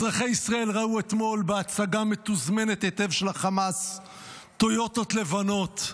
אזרחי ישראל ראו אתמול בהצגה מתוזמנת היטב של החמאס טויוטות לבנות,